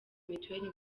mituweli